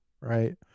right